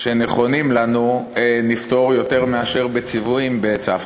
שנכונים לנו נפתור יותר מאשר בציוויים, בצוותא.